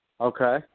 Okay